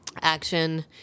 action